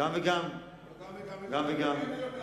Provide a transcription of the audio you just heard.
גם וגם.